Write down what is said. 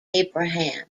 abraham